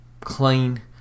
clean